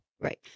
Right